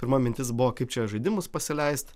pirma mintis buvo kaip čia žaidimus pasileist